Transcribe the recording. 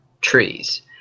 trees